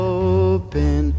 open